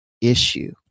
issue